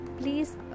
please